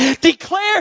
Declare